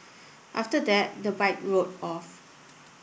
after that the bike rode off